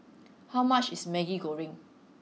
how much is Maggi Goreng